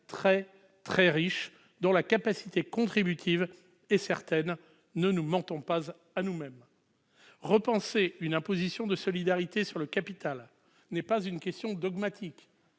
très, très riches, dont la capacité contributive est certaine, ne nous mentons pas à nous-mêmes. Repenser une imposition de solidarité sur le capital n'est pas une question dogmatique,